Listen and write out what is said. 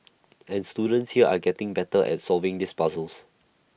and students here are getting better at solving these puzzles